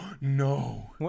No